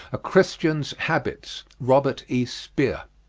a christian's habits, robert e. speer.